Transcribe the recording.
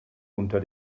unter